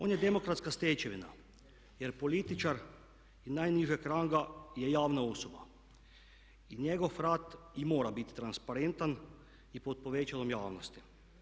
On je demokratska stečevina jer političar i najnižeg ranga je javna osoba i njegov rad i mora biti transparentan i pod povećalom javnosti.